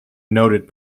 noted